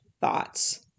thoughts